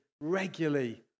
regularly